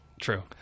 True